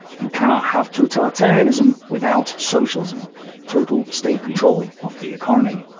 you cannot have totalitarianism without socialism total state-control of the economy.